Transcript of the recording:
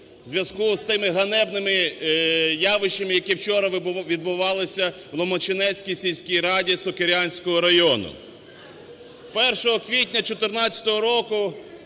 у зв'язку з тими ганебними явищами, які вчора відбувалися вЛомачинецькій сільській раді Сокирянського району. Першого квітня 14-го